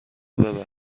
ببر